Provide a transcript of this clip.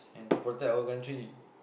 and to protect our country